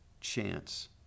chance